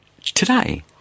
Today